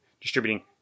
distributing